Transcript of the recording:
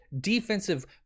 defensive